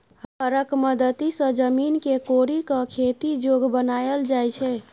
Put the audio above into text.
हरक मदति सँ जमीन केँ कोरि कए खेती जोग बनाएल जाइ छै